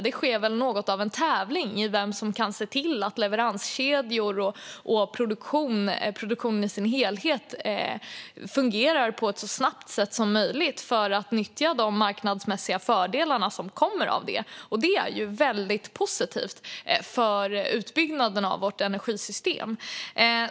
Det pågår väl något av en tävling om vem som kan se till att leveranskedjor och produktion i sin helhet går så snabbt som möjligt för att de marknadsmässiga fördelar som kommer av detta ska kunna utnyttjas. Det är väldigt positivt för utbyggnaden av vårt energisystem.